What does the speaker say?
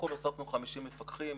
הוספנו 50 מפקחים,